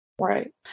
Right